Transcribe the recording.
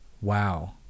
Wow